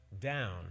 down